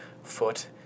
Foot